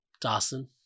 Dawson